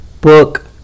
book